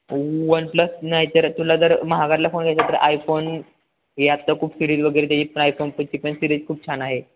one plus नाही तर तुला जर महागातला फोन घ्यायचं तर आयफोन हे आत्ता खूप सिरीज वगैरे त्याची पण आयफोनची पण सिरीज खूप छान आहे